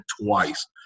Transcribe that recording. twice